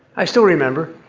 i still remember.